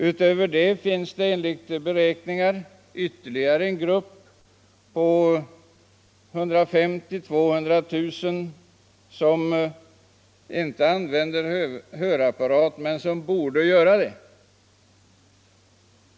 Dessutom finns det en grupp som beräknas uppgå till 150 000-200 000 som inte använder hörapparat men som borde göra det.